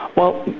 well,